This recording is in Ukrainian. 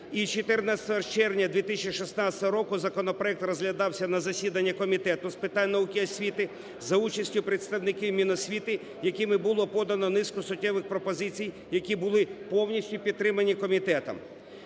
14 червня 2016 року законопроект розглядався на засіданні Комітету з питань науки і освіти за участю представників Міносвіти, якими було подано низку суттєвих пропозицій, які були повністю підтримані комітетом.